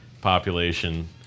population